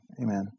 Amen